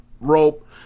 rope